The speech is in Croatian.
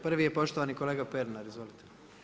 Prvi je poštovani kolega Pernar, izvolite.